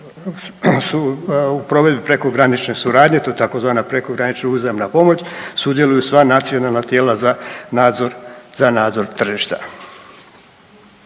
u provedbi prekogranične suradnje, to je tzv. prekogranična uzajamna pomoć, sudjeluju sva nacionalna tijela za nadzor tržišta.